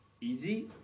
easy